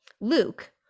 Luke